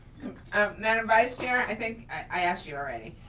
um madam vice chair, i think i asked you already.